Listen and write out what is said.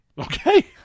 Okay